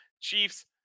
Chiefs